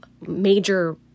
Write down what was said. major